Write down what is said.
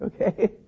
Okay